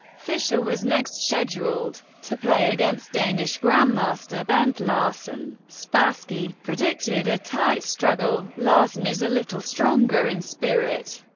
fischer was next scheduled to play against danish grandmaster bent larsen. spassky predicted a tight struggle larsen is a little stronger in spirit.